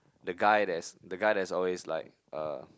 the guy that's the guy that's always like a